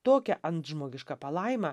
tokia antžmogiška palaima